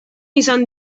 izan